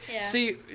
See